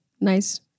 nice